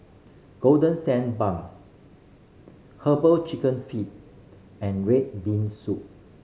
Golden Sand Bun Herbal Chicken Feet and red bean soup